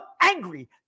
angry